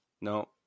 no